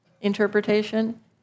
interpretation